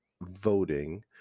voting